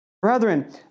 Brethren